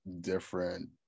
different